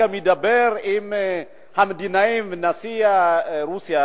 הוא גם מדבר עם המדינאים ועם נשיא רוסיה,